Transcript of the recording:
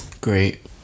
Great